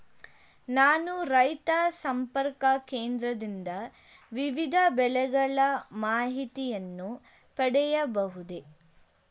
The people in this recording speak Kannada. ನಾನು ರೈತ ಸಂಪರ್ಕ ಕೇಂದ್ರದಿಂದ ವಿವಿಧ ಬೆಳೆಗಳ ಮಾಹಿತಿಯನ್ನು ಪಡೆಯಬಹುದೇ?